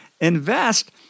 invest